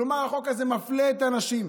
כלומר, החוק הזה מפלה את הנשים.